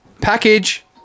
Package